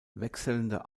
wechselnde